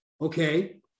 Okay